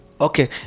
Okay